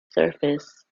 surface